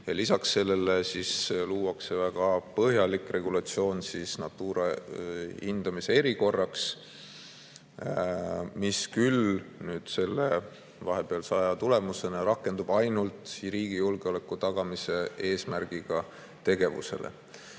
lisaks sellele luuakse väga põhjalik regulatsioon Natura hindamise erikorra jaoks, mis küll vahepealse aja tulemusena rakendub ainult riigi julgeoleku tagamise eesmärgiga tegevuse